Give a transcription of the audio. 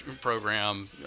program